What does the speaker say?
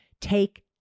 Take